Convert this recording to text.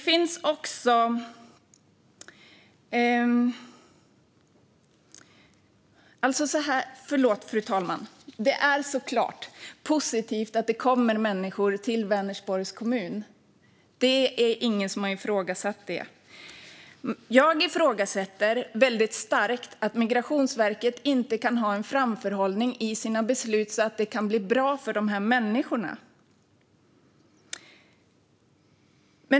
Fru talman! Det är såklart positivt att det kommer människor till Vänersborgs kommun. Det är ingen som har ifrågasatt det. Men jag ifrågasätter väldigt starkt att Migrationsverket inte kan ha en framförhållning i sina beslut så att det kan bli bra för dessa människor.